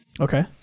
Okay